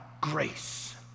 grace